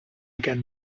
can